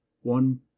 one